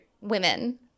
women